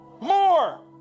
more